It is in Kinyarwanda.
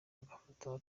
bagafasha